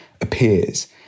appears